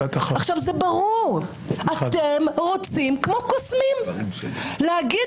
זה ברור שאתם רוצים כמו קוסמים להגיד